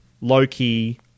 Loki